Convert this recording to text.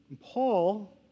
Paul